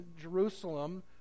Jerusalem